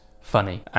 funny